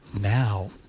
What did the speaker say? now